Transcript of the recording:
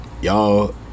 Y'all